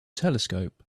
telescope